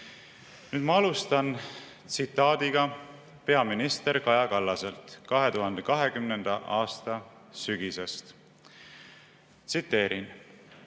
Ma alustan tsitaadiga peaminister Kaja Kallaselt 2020. aasta sügisest. Tsiteerin: